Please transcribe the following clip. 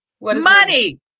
Money